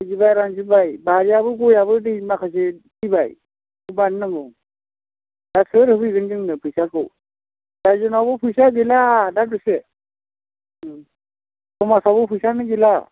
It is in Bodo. गैला रानजोब्बाय बारियाबो गयाबो दै माखासे थैबाय बेखौ बानायनांगौ दा सोर होफैगोन जोंनो फैसाखौ राइजोनावबो फैसा गैला दा दसे ओं समाजावबो फैसायानो गैला